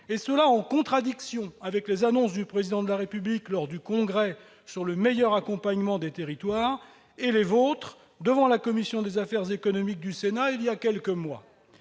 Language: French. et ce en contradiction avec les annonces du Président de la République lors du Congrès sur le meilleur accompagnement des territoires et les vôtres devant la commission des affaires économiques du Sénat il y a quelques mois.